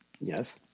Yes